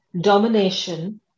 domination